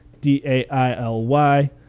d-a-i-l-y